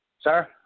sir